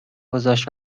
گذاشت